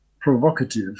provocative